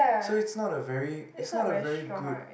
so it's not a very it's not a very good